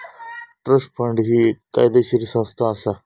trust fund ही एक कायदेशीर संस्था असा